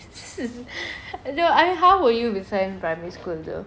I how were you with her in primary school though